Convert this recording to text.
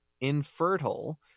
infertile